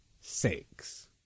six